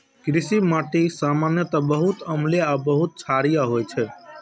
कृषि माटि सामान्यतः बहुत अम्लीय आ बहुत क्षारीय होइ छै